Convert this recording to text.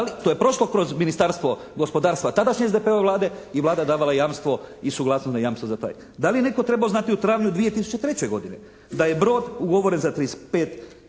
to je prošlo kroz Ministarstvo gospodarstva tadašnje SDP-ove Vlade i Vlada je davala jamstvo i suglasnost na jamstvo za taj. Da li je netko trebao znati u travnju 2003. godine da je brod ugovoren za 35,3